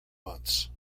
months